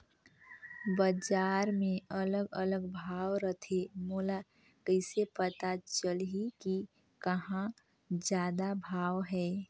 बजार मे अलग अलग भाव रथे, मोला कइसे पता चलही कि कहां जादा भाव हे?